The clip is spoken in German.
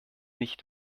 nicht